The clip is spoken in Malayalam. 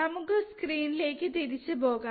നമുക്ക് സ്ക്രീൻലേക് തിരിച്ചു പോകാം